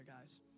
guys